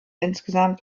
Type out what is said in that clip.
insgesamt